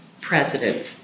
president